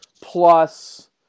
plus